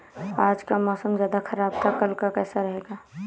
आज का मौसम ज्यादा ख़राब था कल का कैसा रहेगा?